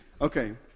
Okay